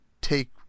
take